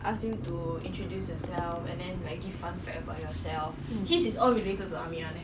eh my brother quite like army eh older older but he didn't sign on lah cause